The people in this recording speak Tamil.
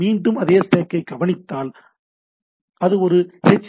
மீண்டும் அந்த ஸ்டேக்கை கவனித்தால் எனவே ஒரு எச்